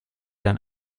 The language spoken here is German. dann